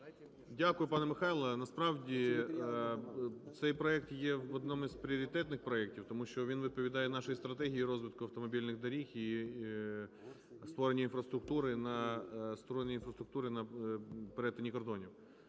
Дякую, пане Михайло. Насправді цей проект є в одному з пріоритетних проектів, тому що відповідає нашій стратегії розвитку автомобільних доріг і створення інфраструктури на... створення